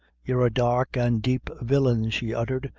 you're a dark an' deep villain, she uttered,